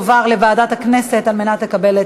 זה יועבר לוועדת הכנסת להצבעה